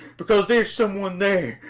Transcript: because there's someone there,